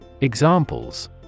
Examples